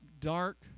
dark